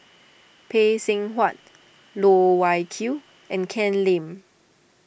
Phay Seng Whatt Loh Wai Kiew and Ken Lim